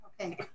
Okay